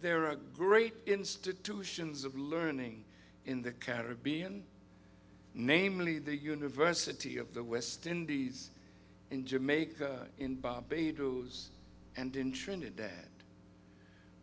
there are great institutions of learning in the caribbean namely the university of the west indies in jamaica in barbados and in trinidad